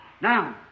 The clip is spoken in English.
Now